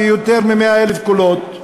יותר מ-100,000 קולות,